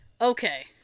Okay